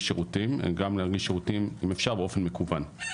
שירותים הם גם להנגיש שירותים אם אפשר באופן מקוון.